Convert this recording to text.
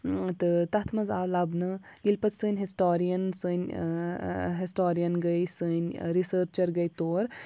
تہٕ تَتھ منٛز آو لَبنہٕ ییٚلہِ پَتہٕ سٲنۍ ہِسٹورِیَن سٲنۍ ہِسٹورِیَن گٔے سٲنۍ رِسٔرچَر گٔے تور